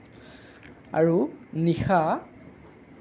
আৰু নিশা